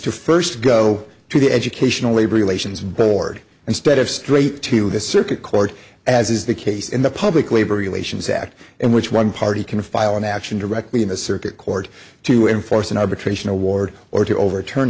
to first go to the educational labor relations board instead of straight to the circuit court as is the case in the public labor relations act in which one party can file an action directly in a circuit court to enforce an arbitration award or to overturn